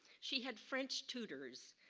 she had french tutors,